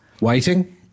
Waiting